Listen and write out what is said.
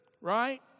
Right